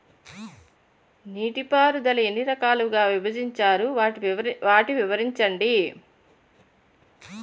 నీటిపారుదల ఎన్ని రకాలుగా విభజించారు? వాటి వివరించండి?